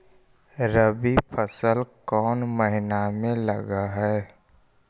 रबी फसल कोन महिना में लग है?